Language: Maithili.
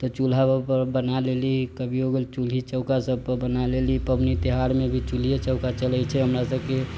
तऽ चूल्हा पर बना लेली कभी हो गेल चूल्ही चौका सब पे बना लेली पबनी त्यौहार मे भी चूल्हिए चौका चलै छै हमरा सबके